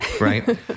right